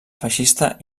feixista